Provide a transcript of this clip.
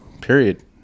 Period